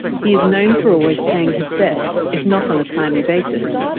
he is known for always paying his debts if not on a timely basis.